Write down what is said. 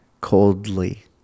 coldly